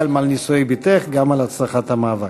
גם על נישואי בתך, גם על הצלחת המאבק.